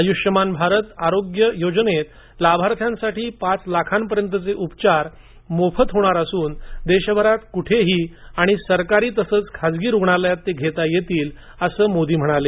आयुष्यमान भारत आरोग्य योजनेत लाभार्थ्यांसाठी पाच लाखांपर्यंतचे उपचार मोफत होणार असून देशभरात कुठेही आणि सरकारी तसंच खासगी रुग्णालयात ते घेता येतील असं मोदी म्हणाले